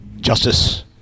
Justice